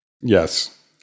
Yes